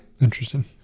Interesting